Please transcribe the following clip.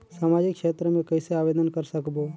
समाजिक क्षेत्र मे कइसे आवेदन कर सकबो?